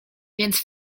więc